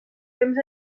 temps